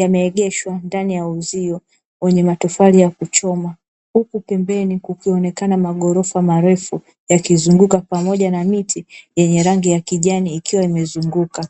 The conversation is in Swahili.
yameegeshwa ndani ya uzio wenye matofali ya kuchoma, huku pembeni kukionekana maghorofa marefu yakizunguka pamoja na miti yenye rangi ya kijani ikiwa imezunguka.